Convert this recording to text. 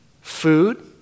food